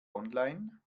online